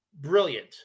brilliant